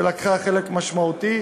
שלקחה חלק משמעותי,